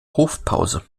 hofpause